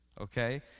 okay